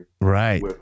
Right